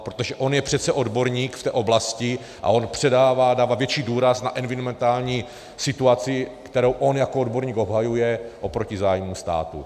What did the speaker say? Protože on je přece odborník v té oblasti a on předává, dává větší důraz na environmentální situaci, kterou on jako odborník obhajuje oproti zájmu státu.